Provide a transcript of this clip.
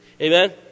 Amen